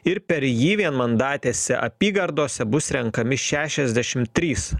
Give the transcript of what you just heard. ir per jį vienmandatėse apygardose bus renkami šešiasdešim trys